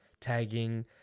tagging